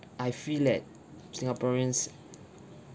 I feel that singaporeans